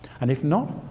and if not,